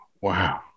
Wow